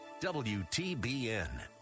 WTBN